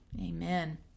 Amen